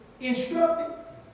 instructed